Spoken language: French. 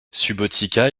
subotica